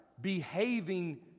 behaving